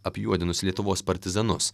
apjuodinus lietuvos partizanus